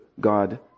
God